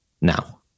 now